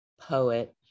poet